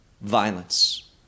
violence